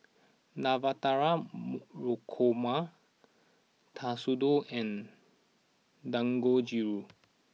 Navratan mo Korma Katsudon and Dangojiru